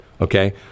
okay